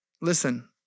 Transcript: listen